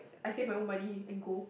I save my own money and go